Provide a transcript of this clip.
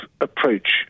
approach